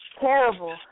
Terrible